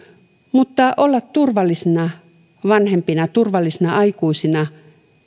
mutta olla turvallisina vanhempina turvallisina aikuisina